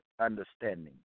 understanding